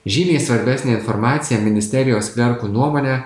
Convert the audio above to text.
žymiai svarbesnė informacija ministerijos klerkų nuomone